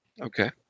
Okay